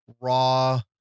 raw